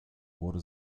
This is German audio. wurde